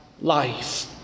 life